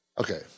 Okay